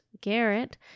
Garrett